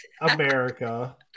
America